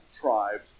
tribes